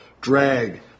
drag